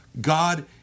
God